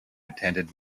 attended